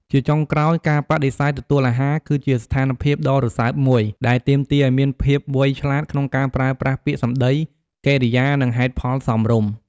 ជាចុងក្រោយ ការបដិសេធទទួលអាហារ គឺជាស្ថានភាពដ៏រសើបមួយ ដែលទាមទារឲ្យមានភាពវៃឆ្លាតក្នុងការប្រើប្រាស់ពាក្យសម្ដី កិរិយា និងហេតុផលសមរម្យ។